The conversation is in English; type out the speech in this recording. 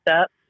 up